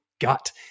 gut